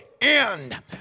end